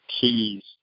keys